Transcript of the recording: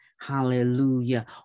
Hallelujah